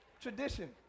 tradition